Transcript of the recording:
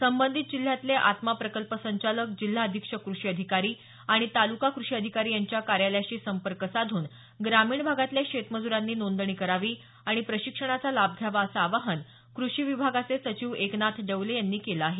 संबंधित जिल्ह्यातले आत्मा प्रकल्प संचालक जिल्हा अधिक्षक कृषि अधिकारी आणि तालुका कृषि अधिकारी यांच्या कार्यालयाशी संपर्क साधून ग्रामीण भागातल्या शेतमज्रांनी नोंदणी करावी आणि प्रशिक्षणाचा लाभ घ्यावा असं आवाहन कृषी विभागाचे सचिव एकनाथ डवले यांनी केलं आहे